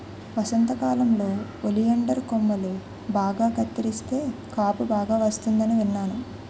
వసంతకాలంలో ఒలియండర్ కొమ్మలు బాగా కత్తిరిస్తే కాపు బాగా వస్తుందని విన్నాను